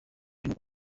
mfite